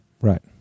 Right